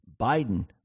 biden